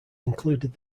included